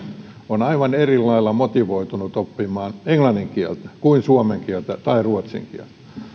on aivan eri lailla motivoitunut oppimaan englannin kieltä kuin suomen kieltä tai ruotsin kieltä